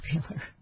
popular